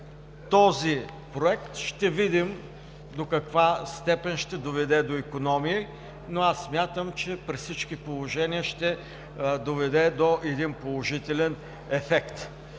този проект до каква степен ще доведе до икономии, но аз смятам, че при всички положения ще доведе до един положителен ефект.